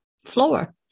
floor